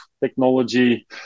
technology